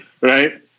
right